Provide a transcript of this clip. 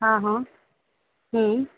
हा हा